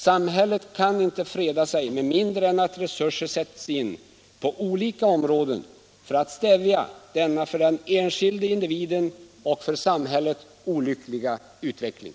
Samhället kan inte freda sig med mindre än att resurser sätts in på olika områden för att stävja denna för den enskilda individen och för samhället olyckliga utveckling.